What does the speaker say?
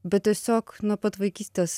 bet tiesiog nuo pat vaikystės